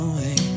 Away